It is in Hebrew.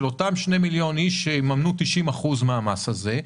אותם שני מיליון אנשים שיממנו 90% מן המס הזה,